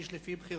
איש לפי בחירתו.